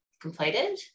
completed